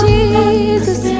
Jesus